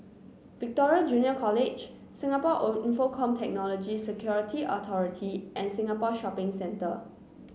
Victoria Junior College Singapore Infocomm Technology Security Authority and Singapore Shopping Centre